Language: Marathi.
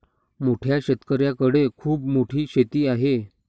मोठ्या शेतकऱ्यांकडे खूप मोठी शेती आहे